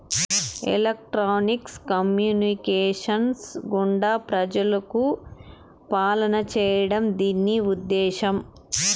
electronics communications గుండా ప్రజలకు పాలన చేయడం దీని ఉద్దేశం